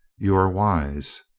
you are wise.